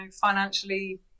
financially